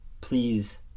Please